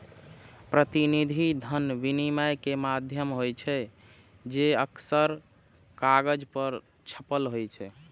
प्रतिनिधि धन विनिमय के माध्यम होइ छै, जे अक्सर कागज पर छपल होइ छै